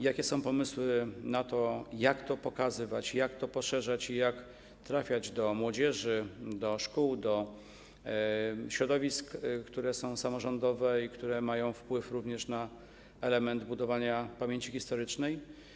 Jakie są pomysły na to, jak to pokazywać, jak to poszerzać i jak trafiać do młodzieży, do szkół, do środowisk, które są samorządowe i które mają wpływ również na element budowania pamięci historycznej?